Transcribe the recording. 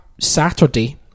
Saturday